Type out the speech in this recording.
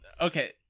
okay